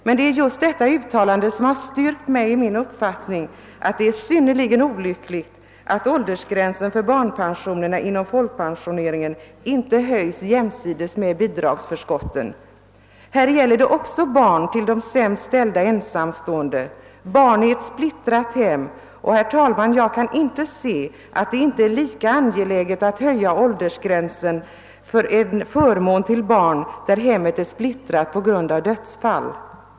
Men det är just detta ut-, talande som har styrkt mig i min uppfattning att det är synnerligen olyckligt att åldersgränsen för barnpensionerna inom folkpensioneringen inte höjs jämsides med bidragsförskotten. Här gäller det också barn till de sämst ställda ensamstående, barn i splittrade hem. Jag kan inte se, herr talman, att det inte är lika angeläget att höja åldersgränsen för en förmån till barn i de fall där hemmet är splittrat på grund av dödsfall.